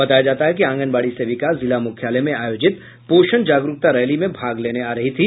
बताया जाता है कि आंगनबाड़ी सेविका जिला मुख्यालय में आयोजित पोषण जागरूकता रैली में भाग लेने आ रही थी